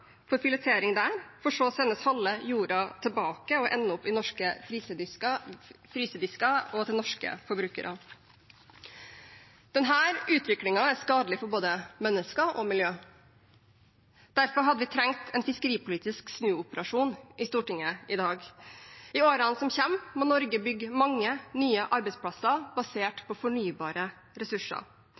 for filetering der, for så å sendes halve jorda tilbake og ende opp i norske frysedisker og hos norske forbrukere. Denne utviklingen er skadelig for både mennesker og miljø. Derfor hadde vi trengt en fiskeripolitisk snuoperasjon i Stortinget i dag. I årene som kommer, må Norge bygge mange nye arbeidsplasser basert på fornybare ressurser.